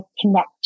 connect